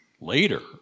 later